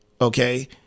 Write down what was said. okay